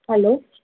hello